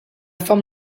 forme